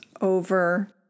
over